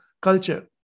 culture